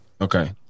Okay